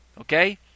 Okay